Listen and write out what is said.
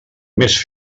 més